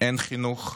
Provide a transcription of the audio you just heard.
אין חינוך,